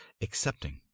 accepting